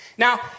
Now